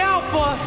Alpha